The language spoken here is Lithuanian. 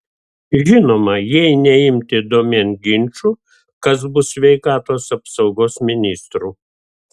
žinoma jei neimti domėn ginčų kas bus sveikatos apsaugos ministru